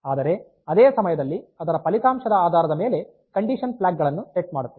ಆದರೆ ಅದೇ ಸಮಯದಲ್ಲಿ ಅದರ ಫಲಿತಾಂಶದ ಆಧಾರದ ಮೇಲೆ ಕಂಡೀಶನ್ ಫ್ಲಾಗ್ ಗಳನ್ನು ಸೆಟ್ ಮಾಡುತ್ತದೆ